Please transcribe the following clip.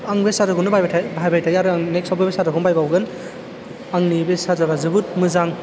आं बे चार्जारखौनो बाहायबाय थायो आरो आं नेक्सावबो बे चार्जारखौनो बायबावगोन आंनि बे चार्जरा जोबोद मोजां